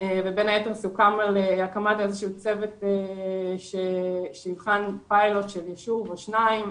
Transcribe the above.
ובין היתר סוכם על הקמת צוות שיבחן פיילוט של ישוב או שניים,